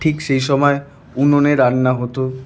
ঠিক সেই সময় উনুনে রান্না হত